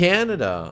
Canada